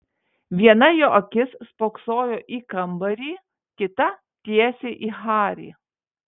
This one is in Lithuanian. viena jo akis spoksojo į kambarį kita tiesiai į harį